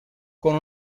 con